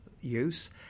use